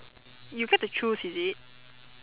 you get to choose is it